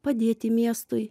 padėti miestui